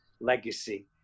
legacy